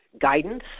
Guidance